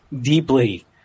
deeply